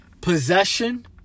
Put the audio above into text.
Possession